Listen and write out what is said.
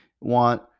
want